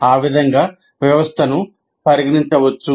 ఆ విధంగా వ్యవస్థను పరిగణించవచ్చు